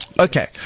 Okay